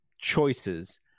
choices